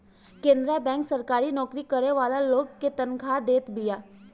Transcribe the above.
Canara bank सरकारी नोकरी करे वाला लोग के तनखा देत बिया